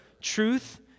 truth